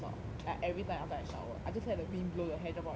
like every time after I shower I just let the wind blow the hair drop out already